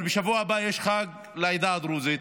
אבל בשבוע הבא יש חג לעדה הדרוזית,